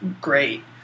great